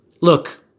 look